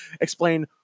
explain